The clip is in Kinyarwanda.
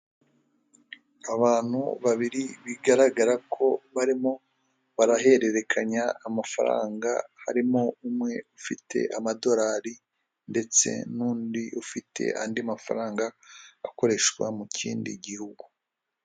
Abantu babiri bigaragara ko barimo barahererekanya amafaranga, harimo umwe ufite amadolari ndetse n'undi ufite andi mafaranga akoreshwa mu kindi gihugu.